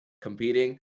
competing